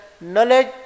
knowledge